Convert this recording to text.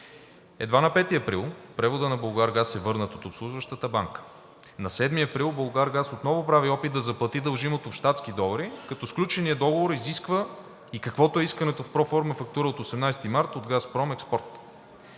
Едва на 5 април преводът на „Булгаргаз“ е върнат от обслужващата банка. На 7 април „Булгаргаз“ отново прави опит да заплати дължимото в щатски долари, като сключеният договор изисква и каквото е искането в проформа фактура от 18 март от „Газпром Експорт“.